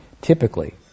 typically